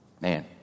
Man